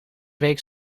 week